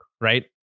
right